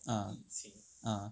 ah ah